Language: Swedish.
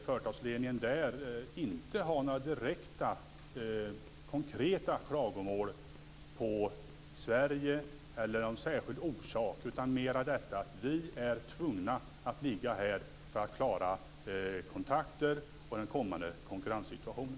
Företagsledningen där har inte några direkta konkreta klagomål på Sverige eller någon särskild orsak. Det är mer att de känner sig tvungna att ligga utomlands för att klara kontakter och den kommande konkurrenssituationen.